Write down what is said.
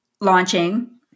launching